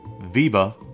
Viva